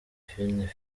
fiennes